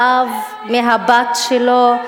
האב מהבת שלו.